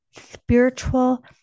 spiritual